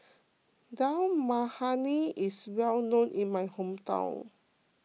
Dal Makhani is well known in my hometown